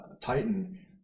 Titan